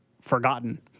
forgotten